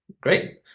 Great